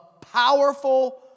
powerful